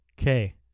okay